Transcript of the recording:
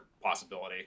possibility